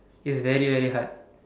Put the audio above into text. it's very very hard